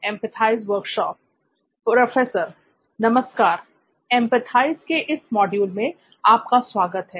empathise के इस module में आपका स्वागत है